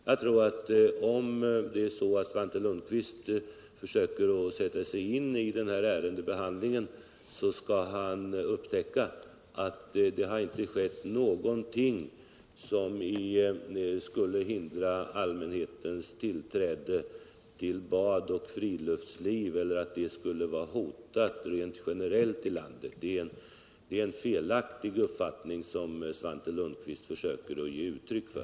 Jag tror att om Svante Lundkvist försöker sätta sig in i ärendebehandlingen, skall han upptäcka att det inte har skett någonting som skulle hindra allmänhetens tillträde till bad och friluftsliv eller hota det rent generellt i landet. Det är en felaktig uppfattning som Svante Lundkvist ger uttryck för.